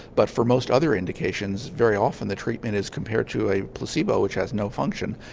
but for most other indications very often the treatment is compared to a placebo which has no function.